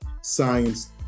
science